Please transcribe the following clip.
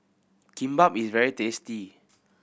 kimbap is very tasty